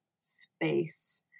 space